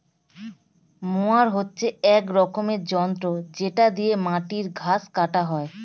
mower হচ্ছে এক রকমের যন্ত্র যেটা দিয়ে মাটির ঘাস কাটা হয়